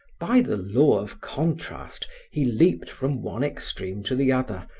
by the law of contrast, he leaped from one extreme to the other,